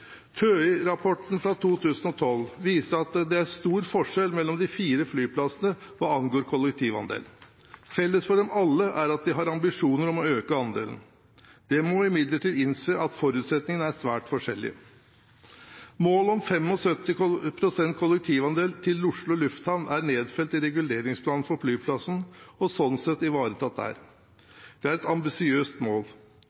fra 2012 viser at det er stor forskjell mellom de fire flyplassene hva angår kollektivandelen. Felles for dem alle er at de har ambisjoner om å øke andelen. Det må imidlertid innses at forutsetningene er svært forskjellige. Målet om 75 pst. kollektivandel til Oslo Lufthavn er nedfelt i reguleringsplanen for flyplassen og sånn sett ivaretatt der. Det er et ambisiøst mål.